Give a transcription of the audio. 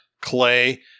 Clay